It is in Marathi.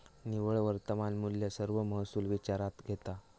निव्वळ वर्तमान मुल्य सर्व महसुल विचारात घेता